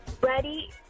Ready